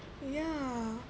ya